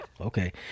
okay